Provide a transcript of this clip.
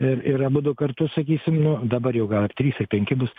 ir ir abudu kartu sakysim nu dabar jau gal ir trys ir penki bus